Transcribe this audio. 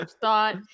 thought